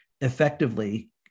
effectively